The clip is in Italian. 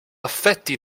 affetti